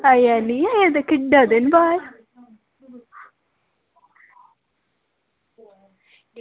आया निं ऐ अजें तक इड्डै दिन बाद